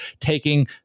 taking